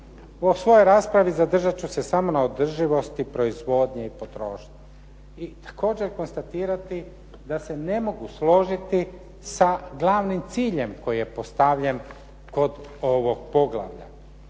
svojoj raspravi zadržat ću se samo na održivosti proizvodnje i potrošnje. I također konstatirati da se ne mogu složiti sa glavnim ciljem koji je postavljen kod ovog poglavlja.